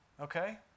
Okay